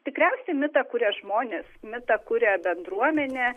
tikriausiai mitą kuria žmonės mitą kuria bendruomenė